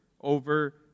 over